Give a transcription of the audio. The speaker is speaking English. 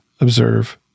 observe